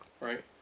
Right